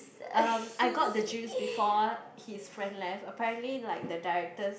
um I got the juice before his friend left apparently like the directors